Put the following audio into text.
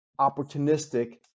opportunistic